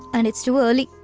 and it's too early.